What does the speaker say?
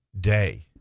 day